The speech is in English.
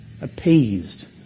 appeased